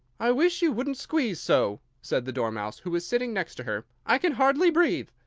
i wish you wouldn't squeeze so, said the dormouse, who was sitting next to her. i can hardly breathe.